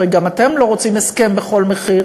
הרי גם אתם לא רוצים הסכם בכל מחיר,